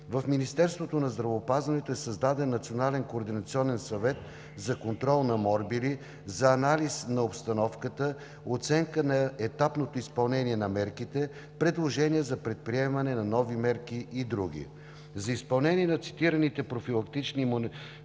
В Министерството на здравеопазването е създаден Национален координационен съвет за контрол на морбили, за анализ на обстановката, оценка на етапното изпълнение на мерките, предложения за предприемане на нови мерки и други. За изпълнението на цитираните профилактични